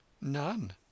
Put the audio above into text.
None